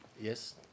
Yes